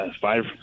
Five